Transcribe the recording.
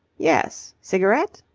yes. cigarette?